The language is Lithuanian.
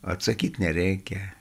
atsakyt nereikia